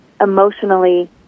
emotionally